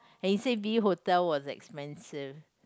and he said V hotel was expensive